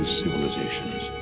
civilizations